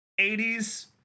80s